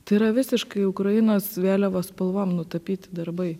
tai yra visiškai ukrainos vėliavos spalvom nutapyti darbai